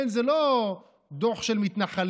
כן, זה לא דוח של מתנחלים,